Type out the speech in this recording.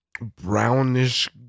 brownish